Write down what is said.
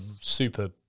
super